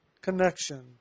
connection